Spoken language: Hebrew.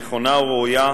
נכונה וראויה,